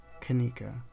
Kanika